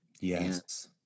Yes